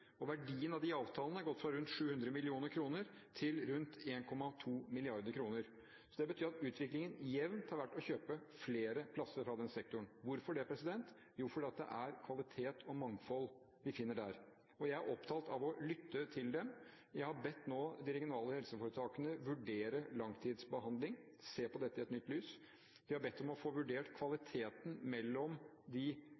økning. Verdien av de avtalene har gått fra rundt 700 mill. kr til rundt 1,2 mrd. kr. Så det betyr at utviklingen jevnt har vært å kjøpe flere plasser fra den sektoren. Hvorfor det? Jo, fordi det er kvalitet og mangfold vi finner der. Jeg er opptatt av å lytte til dem. Jeg har nå bedt de regionale helseforetakene vurdere langtidsbehandling og se på dette i et nytt lys. Vi har bedt om å få vurdert